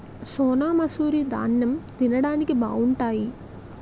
సోనామసూరి దాన్నెం తిండానికి బావుంటాయి